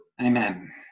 Amen